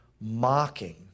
mocking